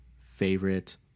favorite